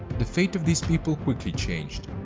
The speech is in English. the fate of this people quickly changes.